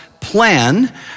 plan